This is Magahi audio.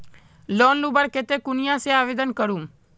लोन लुबार केते कुनियाँ से आवेदन करूम?